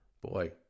Boy